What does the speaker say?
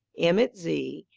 m at z,